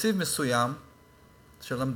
שבתקציב מסוים של המדינה,